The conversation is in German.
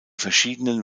verschiedenen